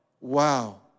Wow